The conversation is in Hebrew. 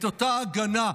את אותה הגנה.